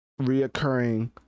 reoccurring